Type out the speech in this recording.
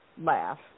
laugh